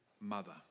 mother